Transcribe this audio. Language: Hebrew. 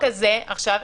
14:47) שוב,